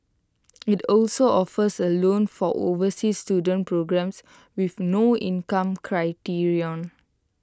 IT also offers A loan for overseas student programmes with no income criterion